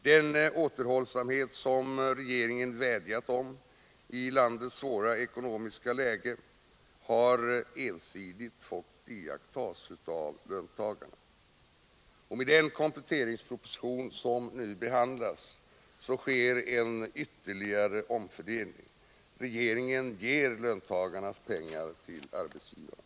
Den återhållsamhet som regeringen vädjat om i landets svåra ekonomiska läge har ensidigt fått iakttas av löntagarna. Med den kompletteringsproposition som nu behandlas sker en ytterligare omfördelning — regeringen ger löntagarnas pengar till arbetsgivarna!